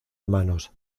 hermanos